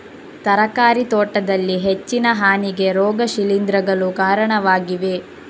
ತರಕಾರಿ ತೋಟದಲ್ಲಿ ಹೆಚ್ಚಿನ ಹಾನಿಗೆ ರೋಗ ಶಿಲೀಂಧ್ರಗಳು ಕಾರಣವಾಗಿವೆ